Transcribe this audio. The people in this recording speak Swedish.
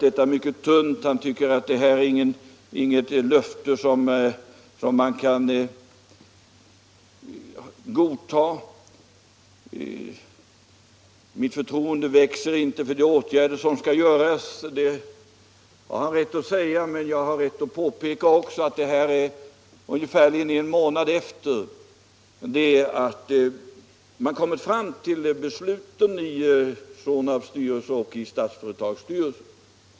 Herr Nilsson i Agnäs säger att detta är ett mycket tunt löfte som man inte kan godta och att hans förtroende inte växer för de åtgärder som skall vidtas. Detta har han rätt att säga, men jag har också rätt att påpeka att det nu är ungefär en månad sedan det fattades beslut i Sonabs och Statsföretags styrelser.